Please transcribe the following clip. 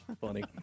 funny